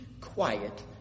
quiet